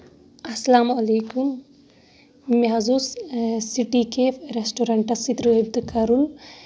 السلام علیکُم مےٚ حظ اوس سٹی کیف ریسٹورنٹس سۭتۍ رٲبتہٕ کَرُن